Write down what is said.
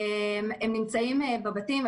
הם יותר נמצאים בבתים,